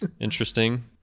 interesting